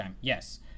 Yes